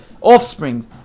offspring